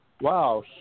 wow